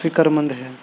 فکرمند ہے